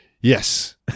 Yes